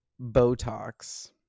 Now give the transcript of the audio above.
Botox